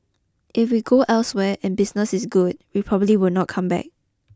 if we go elsewhere and business is good we probably will not come back